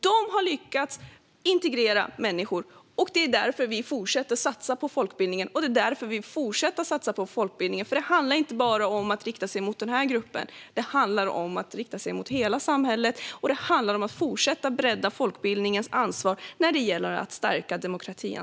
De har lyckats integrera människor, och det är därför vi fortsätter att satsa på folkbildningen. Det handlar inte bara om att rikta sig mot den här gruppen, utan det handlar om att rikta sig mot hela samhället. Det handlar om att fortsätta att bredda folkbildningens ansvar när det gäller att stärka demokratin.